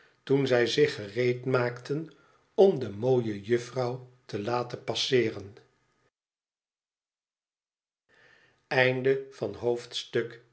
toen zij zich gereedmaakten om de mooie jufvou te laten passeeren